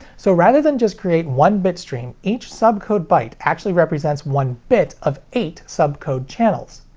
so rather than just create one bitstream, each subcode byte actually represents one bit of eight subcode channels.